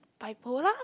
bipolar